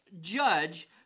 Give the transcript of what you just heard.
judge